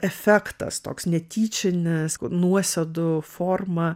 efektas toks netyčinis nuosėdų forma